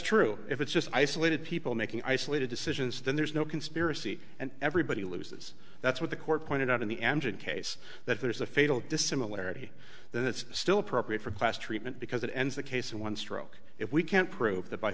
true if it's just isolated people making isolated decisions then there's no conspiracy and everybody loses that's what the court pointed out in the engine case that there is a fatal dissimilarity that's still appropriate for class treatment because it ends the case in one stroke if we can't prove t